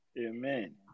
Amen